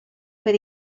per